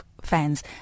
fans